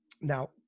now